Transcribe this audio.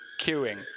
queuing